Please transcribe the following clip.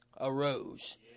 arose